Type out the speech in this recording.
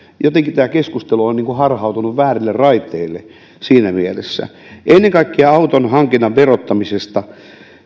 jotenkin tämä keskustelu on harhautunut väärille raiteille siinä mielessä ennen kaikkea auton hankinnan verottamisesta